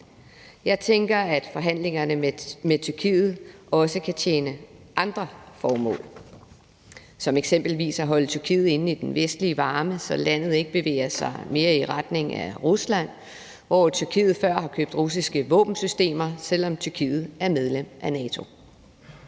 Jeg tænker, at forhandlingerne med Tyrkiet også kan tjene andre formål som eksempelvis at holde Tyrkiet inde i den vestlige varme, så landet ikke bevæger sig mere i retning af Rusland, hvor Tyrkiet før har købt russiske våbensystemer, selv om Tyrkiet er medlem af NATO.